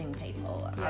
people